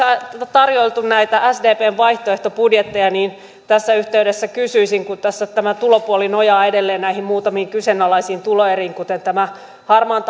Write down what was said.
tarjoiltu näitä sdpn vaihtoehtobudjetteja niin tässä yhteydessä kun tässä tämä tulopuoli nojaa edelleen näihin muutamiin kyseenalaisiin tuloeriin kuten tämä harmaan